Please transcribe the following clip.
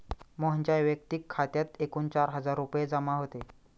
मोहनच्या वैयक्तिक खात्यात एकूण चार हजार रुपये जमा होते